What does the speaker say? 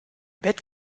bett